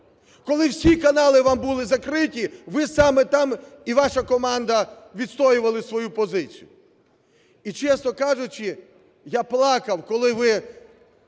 Коли всі канали вам були закриті, ви саме там і ваша команда відстоювали свою позицію. І, чесно кажучи, я плакав, коли ви